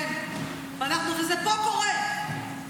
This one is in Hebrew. כן, וזה קורה פה.